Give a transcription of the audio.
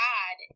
God